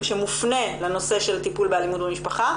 שמופנה לנושא של טיפול באלימות במשפחה,